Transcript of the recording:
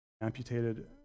Amputated